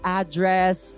address